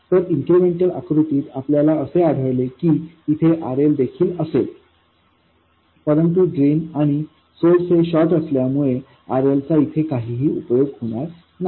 तर इन्क्रिमेंटल आकृतीत आपल्याला असे आढळेल की इथे RLदेखील असेल परंतु ड्रेन आणि सोर्स हे शॉर्ट असल्यामुळे RL चा इथे काहीही उपयोग होणार नाही